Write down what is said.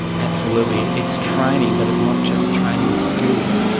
absolutely, it's training, but it's not just training of skills.